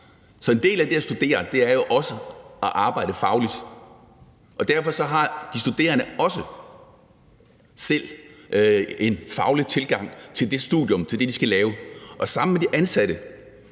En del af det at studere er jo også at arbejde fagligt, og derfor har de studerende også selv en faglig tilgang til det studium, til det, de skal lave, sammen med de ansatte,